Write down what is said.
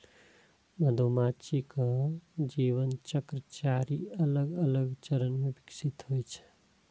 मधुमाछीक जीवन चक्र चारि अलग अलग चरण मे विकसित होइ छै